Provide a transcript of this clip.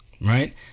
right